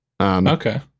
Okay